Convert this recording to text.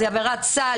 זו עבירת סל,